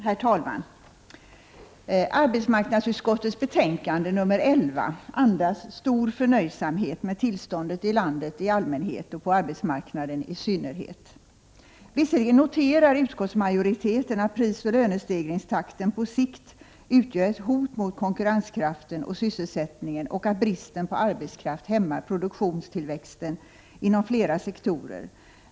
Herr talman! Arbetsmarknadsutskottets betänkande nr 11 andas stor förnöjsamhet med tillståndet i landet i allmänhet och på arbetsmarknaden i synnerhet. Visserligen noterar utskottsmajoriteten att prisoch lönestegringstakten på sikt utgör ett hot mot konkurrenskrafteh och sysselsättningen och att bristen på arbetskraft hämmar produktionstillväxten inom flera sektorer.